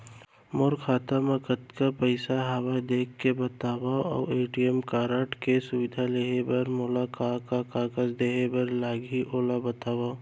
मोर खाता मा कतका पइसा हवये देख के बतावव अऊ ए.टी.एम कारड के सुविधा लेहे बर मोला का का कागज देहे बर लागही ओला बतावव?